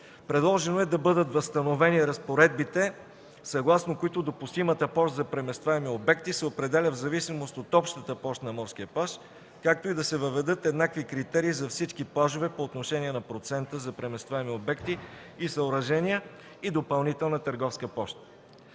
Предлага се да бъдат възстановени разпоредбите, съгласно които допустимата площ за преместваеми обекти се определя в зависимост от общата площ на морския плаж, както и да се въведат еднакви критерии за всички плажове по отношение на процента за преместваеми обекти и съоръжения и допълнителна търговска площ.